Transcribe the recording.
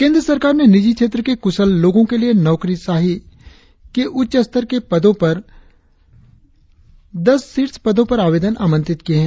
केंद्र सरकार ने निजी क्षेत्र के क्रशल लोगों के लिए नौकरशाही के उच्च स्तर के पदों के द्वार खोलते हुए दस शीर्ष पदों पर आवेदन आमंत्रित किये है